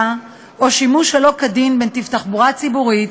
או שימוש שלא כדין בנתיב תחבורה ציבורית,